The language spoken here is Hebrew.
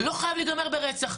זה לא חייב להיגמר ברצח.